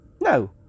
No